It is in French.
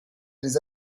des